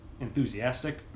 enthusiastic